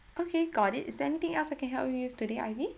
okay got it is there anything else I can help you today ivy